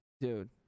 Dude